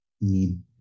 need